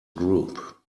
group